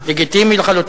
לגיטימי לחלוטין.